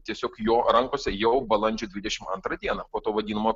tiesiog jo rankose jau balandžio dvidešim antrą dieną po to vadinamo